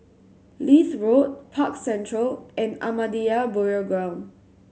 Leith Road Park Central and Ahmadiyya Burial Ground